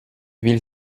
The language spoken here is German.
will